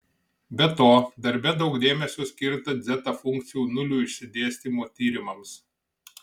be to darbe daug dėmesio skirta dzeta funkcijų nulių išsidėstymo tyrimams